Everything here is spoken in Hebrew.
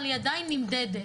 אבל היא עדיין נמדדת.